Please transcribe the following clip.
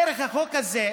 דרך החוק הזה,